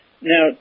Now